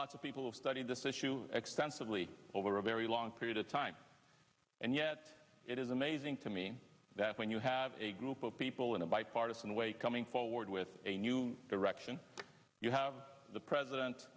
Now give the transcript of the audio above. lots of people have studied this issue extensively over a very long period of time and yet it is amazing to me that when you have a group of people in a bipartisan way coming forward with a new direction you have the president